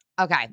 Okay